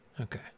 Okay